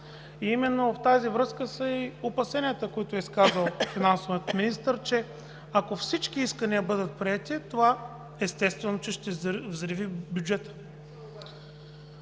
Именно в тази връзка са и опасенията, които е изказвал финансовият министър, че ако всички искания бъдат приети това, естествено, че ще взриви бюджета.